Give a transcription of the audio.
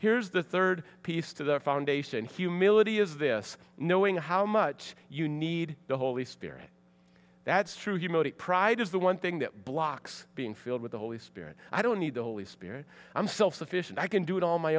here's the third piece to the foundation humility is this knowing how much you need the holy spirit that's true humility pride is the one thing that blocks being filled with the holy spirit i don't need the holy spirit i'm self sufficient i can do it on my